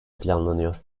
planlanıyor